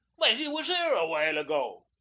why, he was here a while ago.